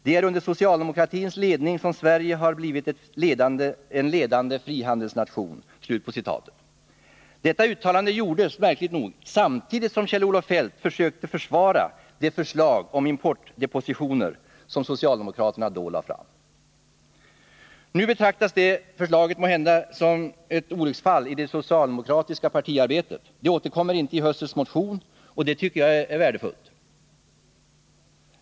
Det är under socialdemokratins ledning Sverige har blivit en ledande frihandelsnation.” Detta uttalande gjordes märkligt nog samtidigt som Kjell-Olof Feldt försökte försvara det förslag om importdepositioner som socialdemokraterna då lade fram. Nu betraktas det förslaget måhända som ett olycksfall i det socialdemokratiska partiarbetet. Det återkommer inte i höstens motion, och det tycker jag är värdefullt.